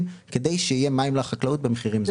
כדי שיהיו מים לחקלאות במחירים זולים.